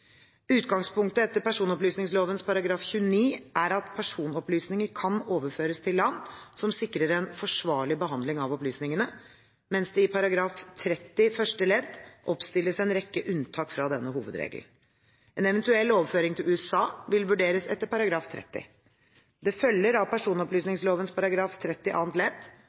Utgangspunktet etter personopplysningsloven § 29 er at personopplysninger kan overføres til land som sikrer en «forsvarlig behandling» av opplysningene, mens det i § 30 første ledd oppstilles en rekke unntak fra denne hovedregelen. En eventuell overføring til USA vil vurderes etter § 30. Det følger av personopplysningsloven § 30 annet ledd